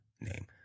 name